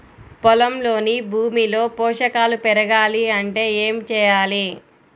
పొలంలోని భూమిలో పోషకాలు పెరగాలి అంటే ఏం చేయాలి?